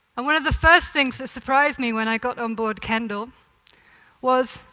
and one of the first things that surprised me when i got on board kendal was,